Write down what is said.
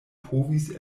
povis